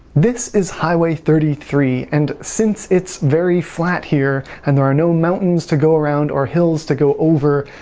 this is highway thirty three and since it's very flat here and there are no mountains to go around or hills to go over,